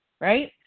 right